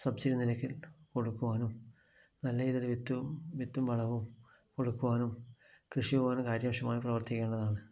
subsidy നിരക്കിൽ കൊടുക്കുവാനും നല്ല രീതിയിൽ വിത്തും വിത്തും വളവും കൊടുക്കുവാനും കൃഷിഭവൻ കാര്യക്ഷമായി പ്രവർത്തിക്കേണ്ടതാണ്